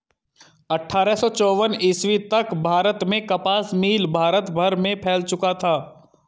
अट्ठारह सौ चौवन ईस्वी तक भारत में कपास मिल भारत भर में फैल चुका था